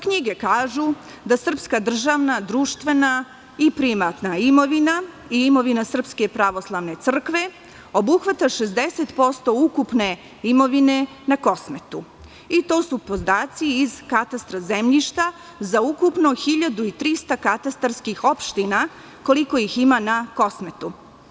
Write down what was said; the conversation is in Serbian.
Knjige kažu da srpska državna, društvena i privatna imovine i imovina SPC obuhvata 60% ukupne imovine na Kosmetu i to su podaci iz Katastra zemljišta za ukupno 1300 katastarskih opština, koliko ih ima na Kosmetu.